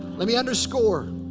let me underscore.